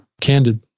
candid